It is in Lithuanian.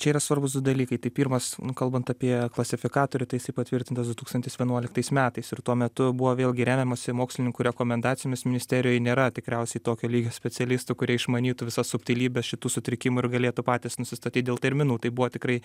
čia yra svarbūs du dalykai tai pirmas kalbant apie klasifikatorių tai jisai patvirtintas du tūkstantis vienuoliktais metais ir tuo metu buvo vėlgi remiamasi mokslininkų rekomendacijomis ministerijoj nėra tikriausiai tokio lygio specialistų kurie išmanytų visas subtilybes šitų sutrikimų ir galėtų patys nusistatyt dėl terminų tai buvo tikrai